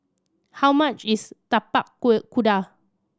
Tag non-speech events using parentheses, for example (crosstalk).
how much is tapak (unintelligible) kuda